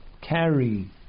carry